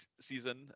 season